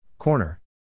Corner